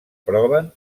proven